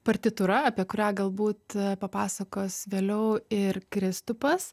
partitūra apie kurią galbūt papasakos vėliau ir kristupas